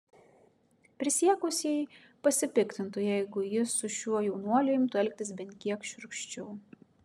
prisiekusieji pasipiktintų jeigu jis su šiuo jaunuoliu imtų elgtis bent kiek šiurkščiau